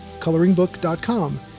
ColoringBook.com